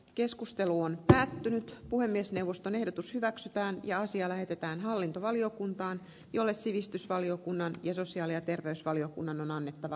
keskustelu on päättynyt puhemiesneuvoston ehdotus hyväksytään ja palvelurakenneuudistuksessakaan vaan palvelut ja ihminen